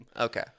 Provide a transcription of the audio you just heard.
Okay